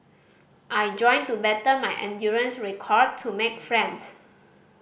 I joined to better my endurance record to make friends